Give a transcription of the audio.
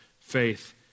faith